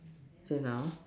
save now